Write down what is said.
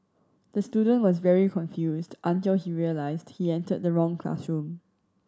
the student was very confused until he realised he entered the wrong classroom